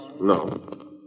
No